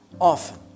often